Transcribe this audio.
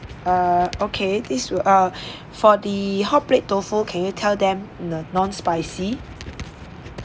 err okay this will uh for the hot plate tofu can you tell them the non-spicy